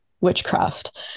witchcraft